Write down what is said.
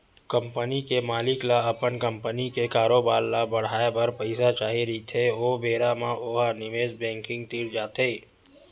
company के मालिक ल अपन कंपनी के कारोबार ल बड़हाए बर पइसा चाही रहिथे ओ बेरा म ओ ह निवेस बेंकिग तीर जाथे